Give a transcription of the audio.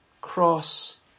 Cross